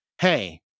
Hey